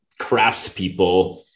craftspeople